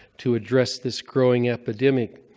to address this growing epidemic.